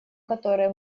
которые